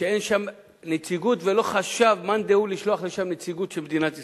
אין שם נציגות ולא חשב מאן דהוא לשלוח לשם נציגות של מדינת ישראל.